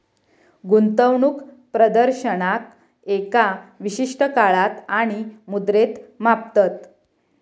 गुंतवणूक प्रदर्शनाक एका विशिष्ट काळात आणि मुद्रेत मापतत